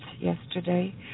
yesterday